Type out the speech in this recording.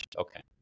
Okay